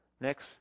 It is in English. Next